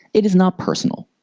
it is not personal!